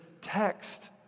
text